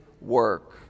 work